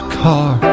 car